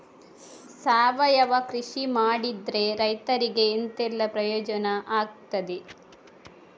ಸಾವಯವ ಕೃಷಿ ಮಾಡಿದ್ರೆ ರೈತರಿಗೆ ಎಂತೆಲ್ಲ ಪ್ರಯೋಜನ ಆಗ್ತದೆ?